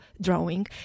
drawing